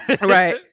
right